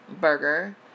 Burger